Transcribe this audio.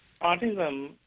autism